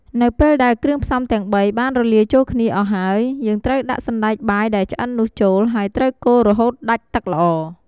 នៅពេលដែល គ្រឿងផ្សំទាំងបី បានរលាយចូលគ្នាអស់ហើយ យើងត្រូវដាក់សណ្ដែកបាយដែលឆ្អិននោះចូល ហើយត្រូវកូររហូតដាច់ទឹកល្អ។